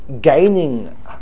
gaining